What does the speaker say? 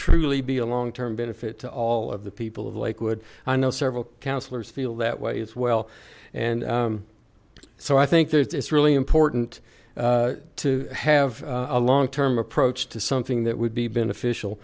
truly be a long term benefit to all of the people of lakewood i know several councillors feel that way as well and so i think that it's really important to have a long term approach to something that would be beneficial